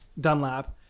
Dunlap